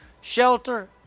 shelter